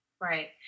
Right